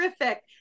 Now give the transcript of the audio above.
Terrific